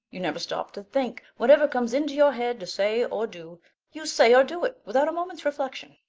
you never stop to think whatever comes into your head to say or do you say or do it without moment's reflection.